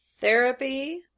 Therapy